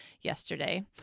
yesterday